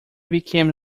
became